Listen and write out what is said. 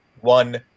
one